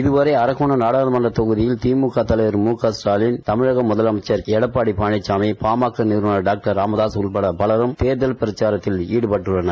இதுவரை அரக்கோணம் நாடாளுமன்றத் தொகுதியில் திழக தலைவர் மு க ஸ்டாலின் கமிழக முதலமைச்சர் எடப்பாடி பழனிசாமி பாமக நிறுவனர் ராமதாஸ் உட்பட பலரும் தேர்தல் பிரச்சாரத்தில் ஈடுபட்டுள்ளனர்